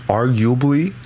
arguably